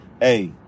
hey